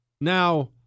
Now